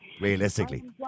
realistically